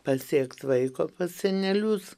pailsiekt vaiko pas senelius